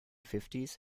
fifties